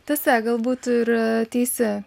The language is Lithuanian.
tiesa galbūt ir teisi